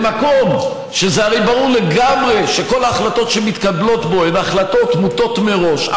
למקום שהרי ברור לגמרי שכל ההחלטות שמתקבלות בו הן החלטות מוטות מראש,